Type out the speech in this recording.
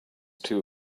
too